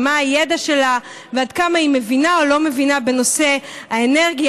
מה הידע שלה ועד כמה היא מבינה או לא מבינה בנושא האנרגיה,